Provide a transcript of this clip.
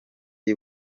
y’i